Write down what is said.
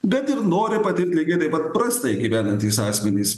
bet ir nori patirt lygiai taip pat prastai gyvenantys asmenys